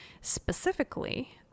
specifically